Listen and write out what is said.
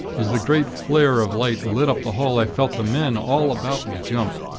as the great flare of light lit up the hall i felt the men all about me jump.